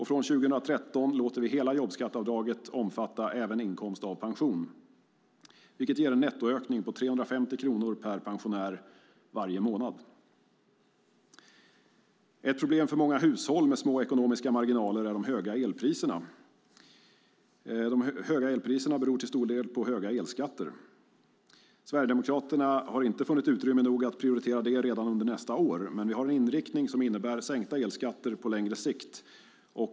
Från 2013 låter vi hela jobbskatteavdraget omfatta även inkomst av pension, vilket ger varje pensionär en nettoökning med 350 kronor per månad. Ett problem för många hushåll med små ekonomiska marginaler är de höga elpriserna. De höga elpriserna beror till stor del på höga elskatter. Sverigedemokraterna har inte funnit utrymme nog att prioritera det redan under nästa år, men vi har en inriktning som innebär sänkta elskatter på längre sikt.